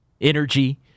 energy